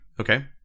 Okay